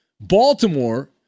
Baltimore